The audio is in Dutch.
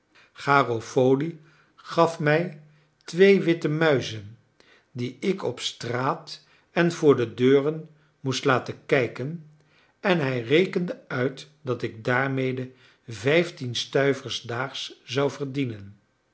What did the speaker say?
garofoli gaf mij twee witte muizen die ik op straat en voor de deuren moest laten kijken en hij rekende uit dat ik daarmede vijftien stuivers daags zou verdienen